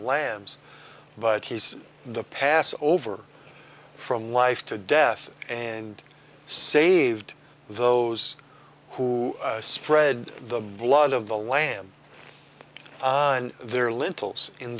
lambs but he's the passover from life to death and saved those who spread the blood of the lamb on their lintels in